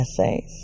essays